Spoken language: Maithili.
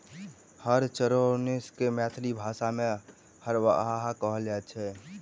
हर चलओनिहार के मैथिली भाषा मे हरवाह कहल जाइत छै